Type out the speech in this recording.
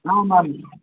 आमाम्